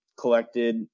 collected